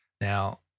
Now